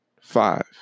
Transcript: five